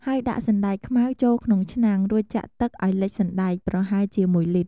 ហើយដាក់សណ្ដែកខ្មៅចូលក្នុងឆ្នាំង រួចចាក់ទឹកឱ្យលិចសណ្ដែក ប្រហែលជា ១ លីត្រ។